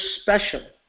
special